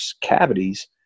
cavities